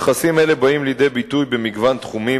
יחסים אלה באים לידי ביטוי במגוון תחומים,